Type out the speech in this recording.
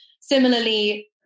Similarly